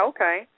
Okay